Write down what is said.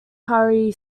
hari